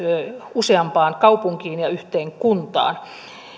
useampaan kaupunkiin ja yhteen kuntaan